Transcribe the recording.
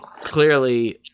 Clearly